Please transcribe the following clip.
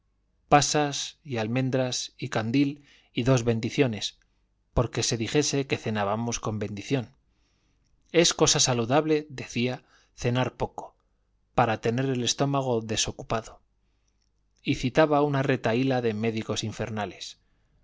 pasas y almendras y candil y dos bendiciones porque se dijese que cenábamos con bendición es cosa saludable decía cenar poco para tener el estómago desocupado y citaba una retahíla de médicos infernales